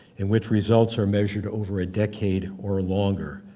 in which results are measured over a decade or longer.